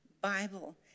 Bible